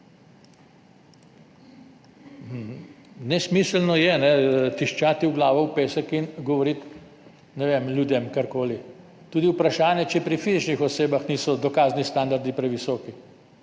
Nesmiselno je tiščati glavo v pesek in govoriti, ne vem, ljudem karkoli. Tudi je vprašanje, ali pri fizičnih osebah niso dokazni standardi previsoki.